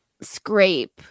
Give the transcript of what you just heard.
scrape